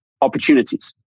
opportunities